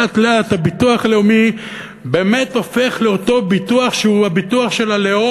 לאט-לאט הביטוח הלאומי באמת הופך לאותו ביטוח של הלאום,